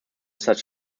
such